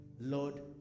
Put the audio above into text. Lord